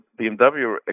BMW